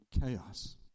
chaos